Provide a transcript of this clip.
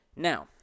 Now